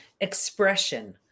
expression